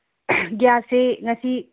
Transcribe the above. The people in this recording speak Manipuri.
ꯒ꯭ꯌꯥꯁꯁꯦ ꯉꯁꯤ